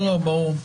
ברור.